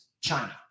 China